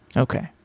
okay,